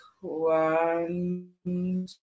One